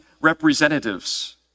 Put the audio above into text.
representatives